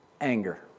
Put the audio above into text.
Anger